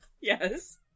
Yes